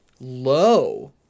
Low